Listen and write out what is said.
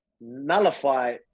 nullify